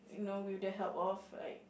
you know with the help of like